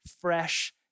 fresh